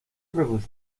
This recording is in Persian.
ببوس